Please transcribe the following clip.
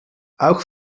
auch